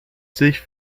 sich